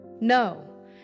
No